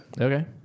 Okay